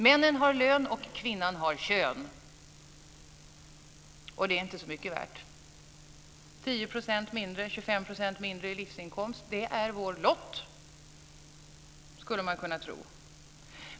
Männen har lön, och kvinnorna har kön, och det är inte så mycket värt. 10-25 % mindre i livsinkomst är vår lott, skulle man kunna tro.